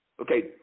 Okay